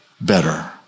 better